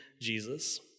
Jesus